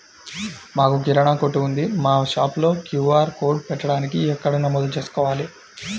మాకు కిరాణా కొట్టు ఉంది మా షాప్లో క్యూ.ఆర్ కోడ్ పెట్టడానికి ఎక్కడ నమోదు చేసుకోవాలీ?